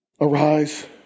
Arise